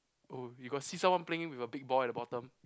oh you got see someone playing with a big ball at the bottom